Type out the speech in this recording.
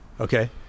Okay